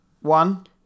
One